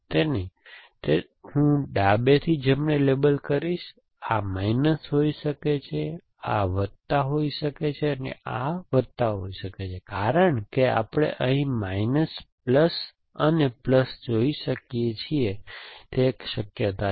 તેથી હું તેને ડાબેથી જમણે લેબલ કરીશ આ માઈનસ હોઈ શકે છે આ વત્તા હોઈ શકે છે અને આ વત્તા હોઈ શકે છે કારણ કે આપણે અહીં માઈનસ પ્લસ અને પ્લસ જોઈ શકીએ છીએ તે એક શક્યતા છે